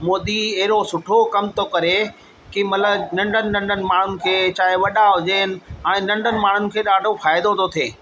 मोदी अहिड़ो सुठो कमु थो करे की मतलबु नंढनि नंढनि माण्हुनि खे चाहे वॾा हुजनि हाणे नंढनि माण्हुनि खे ॾाढो फ़ाइदो थो थिए